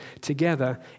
together